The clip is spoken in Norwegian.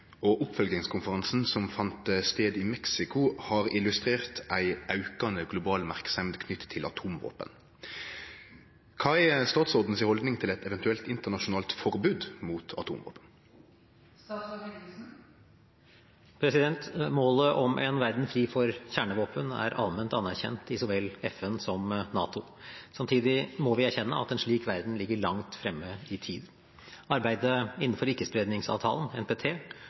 har illustrert ei aukande global merksemd knytt til atomvåpen. Kva er utanriksministeren si haldning til eit eventuelt internasjonalt forbod mot atomvåpen?» Målet om en verden fri for kjernevåpen er allment anerkjent i så vel FN som NATO. Samtidig må vi erkjenne at en slik verden ligger langt fremme i tid. Arbeidet innenfor Ikke-spredningsavtalen, NPT,